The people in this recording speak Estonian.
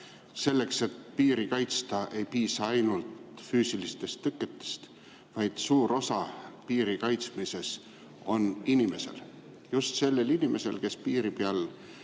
Selleks, et piiri kaitsta, ei piisa ainult füüsilistest tõketest, vaid suur osa piiri kaitsmisel on inimesel, just sellel inimesel, kes piiri peal